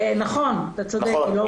נכון, אתה צודק.